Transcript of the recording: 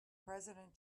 president